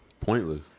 pointless